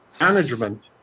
management